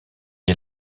est